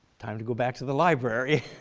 time to go back to the library!